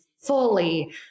fully